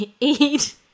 eat